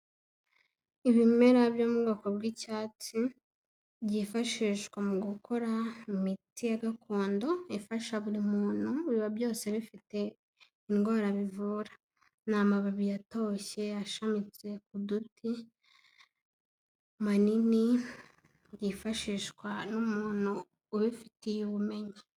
Ibimera byo mu bwoko bw'icyatsi, byifashishwa mu gukora imiti ya gakondo ifasha buri muntu, biba byose bifite indwara bivura. Ni amababi atoshye, ashamitse ku duti, manini, yifashishwa n'umuntu ubifitiye ubumenyi.